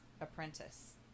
apprentice